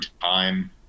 time